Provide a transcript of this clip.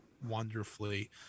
Wonderfully